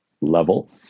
level